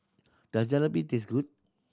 does Jalebi taste good